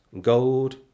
gold